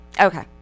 okay